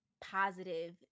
positive